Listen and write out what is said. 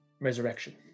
resurrection